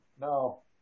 no